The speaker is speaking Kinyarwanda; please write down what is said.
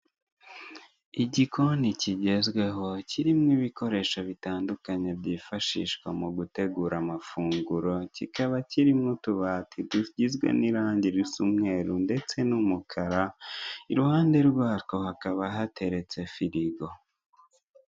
Igikoni kigezweho kirimo ibikoresho bitandukanye byifashishwa mugutegura amafunguro, kikaba kirimo utubati tugizwe n'irangi risa umweru ndetse n'umukara, iruhande rwako hakaba hateretse firigo.